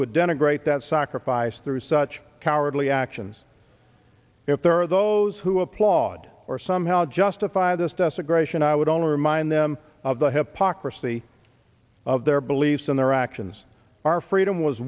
would denigrate that sacrifice through such cowardly actions if there are those who applaud or somehow justify this desecration i would all or mind them of the hypocrisy of their beliefs and their actions our freedom was